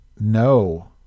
no